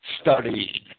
studied